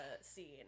scene